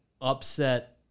upset